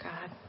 God